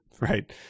Right